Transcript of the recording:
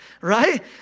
right